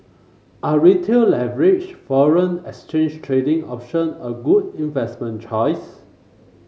are Retail leveraged foreign exchange trading option a good investment choice